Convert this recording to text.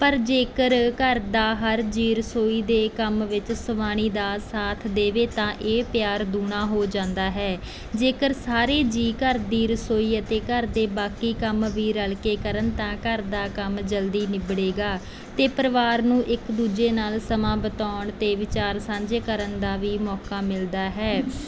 ਪਰ ਜੇਕਰ ਘਰ ਦਾ ਹਰ ਜੀਅ ਰਸੋਈ ਦੇ ਕੰਮ ਵਿੱਚ ਸਵਾਣੀ ਦਾ ਸਾਥ ਦੇਵੇ ਤਾਂ ਇਹ ਪਿਆਰ ਦੂਣਾ ਹੋ ਜਾਂਦਾ ਹੈ ਜੇਕਰ ਸਾਰੇ ਜੀਅ ਘਰ ਦੀ ਰਸੋਈ ਅਤੇ ਘਰ ਦੇ ਬਾਕੀ ਕੰਮ ਵੀ ਰਲ ਕੇ ਕਰਨ ਤਾਂ ਘਰ ਦਾ ਕੰਮ ਜਲਦੀ ਨਿਬੜੇਗਾ ਅਤੇ ਪਰਿਵਾਰ ਨੂੰ ਇੱਕ ਦੂਜੇ ਨਾਲ ਸਮਾਂ ਬਿਤਾਉਣ ਅਤੇ ਵਿਚਾਰ ਸਾਂਝੇ ਕਰਨ ਦਾ ਵੀ ਮੌਕਾ ਮਿਲਦਾ ਹੈ